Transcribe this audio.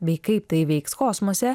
bei kaip tai veiks kosmose